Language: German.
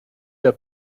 der